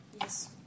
Yes